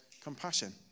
compassion